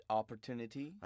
opportunity